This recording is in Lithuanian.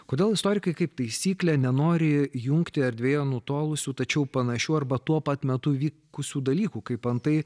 kodėl istorikai kaip taisyklė nenori jungti erdvėje nutolusių tačiau panašių arba tuo pat metu vykusių dalykų kaip antai